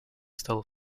стала